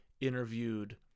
interviewed